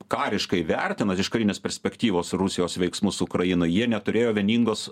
kariškai vertinant iš karinės perspektyvos rusijos veiksmus ukrainoj jie neturėjo vieningos